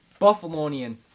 Buffalonian